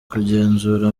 kugenzura